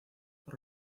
por